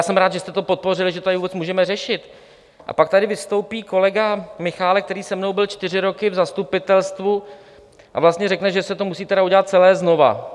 Jsem rád, že jste to podpořili, že to tady vůbec můžeme řešit, a pak tady vystoupí kolega Michálek, který se mnou byl čtyři roky v zastupitelstvu, a vlastně řekne, že se to musí tedy udělat celé znovu.